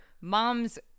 mom's